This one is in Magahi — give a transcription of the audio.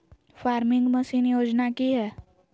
फार्मिंग मसीन योजना कि हैय?